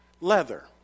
leather